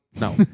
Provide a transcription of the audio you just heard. No